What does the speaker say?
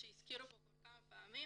שהזכירו פה כבר כמה פעמים